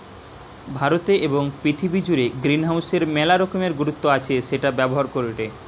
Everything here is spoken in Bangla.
ভারতে এবং পৃথিবী জুড়ে গ্রিনহাউসের মেলা রকমের গুরুত্ব আছে সেটা ব্যবহার করেটে